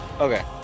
okay